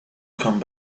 come